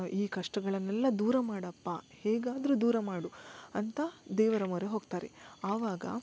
ಈ ಕಷ್ಟಗಳನ್ನೆಲ್ಲ ದೂರ ಮಾಡಪ್ಪಾ ಹೇಗಾದರು ದೂರ ಮಾಡು ಅಂತ ದೇವರ ಮೊರೆ ಹೋಗ್ತಾರೆ ಆವಾಗ